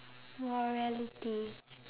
morality